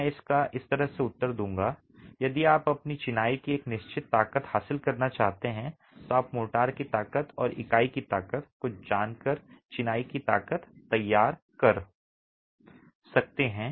मैं इसका इस तरह से उत्तर दूंगा यदि आप अपनी चिनाई की एक निश्चित ताकत हासिल करना चाहते हैं तो आप मोर्टार की ताकत और इकाई की ताकत को जानकर चिनाई की ताकत तैयार कर सकते हैं